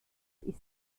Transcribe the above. ist